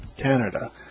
Canada